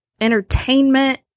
entertainment